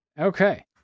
Okay